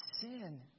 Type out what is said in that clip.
sin